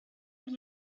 vous